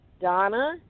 Donna